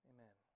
Amen